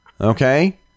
okay